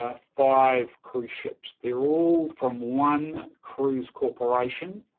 ah five cruise ships. they're all from one cruise corporation,